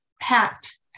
packed